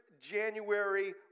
January